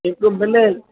हिकु ब्लैक